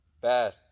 bad